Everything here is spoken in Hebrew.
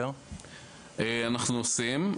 אנחנו עושים.